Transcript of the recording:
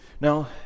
Now